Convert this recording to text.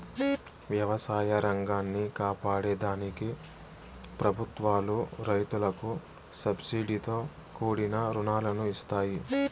వ్యవసాయ రంగాన్ని కాపాడే దానికి ప్రభుత్వాలు రైతులకు సబ్సీడితో కూడిన రుణాలను ఇస్తాయి